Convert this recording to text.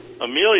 Amelia